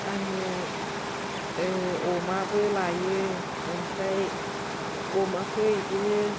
आङो अमाबो लायो ओमफ्राय अमाखौ बिदिनो